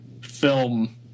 film